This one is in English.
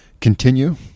continue